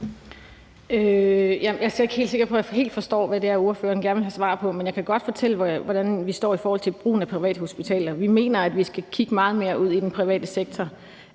Jeg er ikke helt sikker på, at jeg helt forstår, hvad det er, ordføreren gerne vil have svar på, men jeg kan godt fortælle, hvordan vi står i forhold til brugen af privathospitaler. Vi mener, at vi skal kigge meget mere ud i den private sektor.